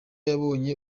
yabonye